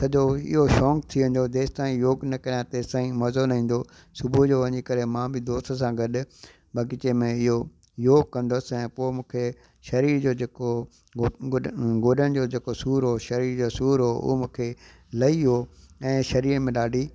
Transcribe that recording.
सॼो इहो शौक़ थी वेंदो जेसि ताईं योग न कयां तेसि ताईं मज़ो न ईंदो हुओ सुबुह जो वञी करे मां बि दोस्त सां गॾ बाग़ीचे में योग योग कंदसि ऐं पोइ मूंखे शरीर जो जेको घुट गोॾनि गोॾनि जो जेको सूरु हुओ शरीर जो सूरु हुओ उहो मूंखे लही वियो ऐं शरीर में ॾाढी